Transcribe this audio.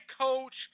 coach